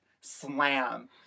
slam